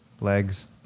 legs